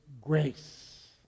grace